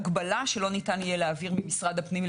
איך נדע על כניסת מאומתים?